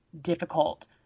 difficult